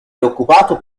preoccupato